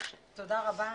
תודה רבה